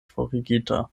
forigita